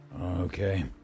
Okay